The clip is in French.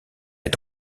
est